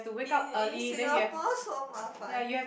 in in Singapore so 麻烦